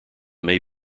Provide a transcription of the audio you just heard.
may